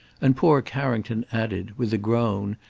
and poor carrington added, with a groan,